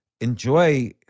enjoy